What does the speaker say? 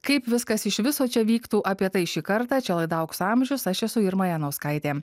kaip viskas iš viso čia vyktų apie tai šį kartą čia laida aukso amžius aš esu irma janauskaitė